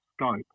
scope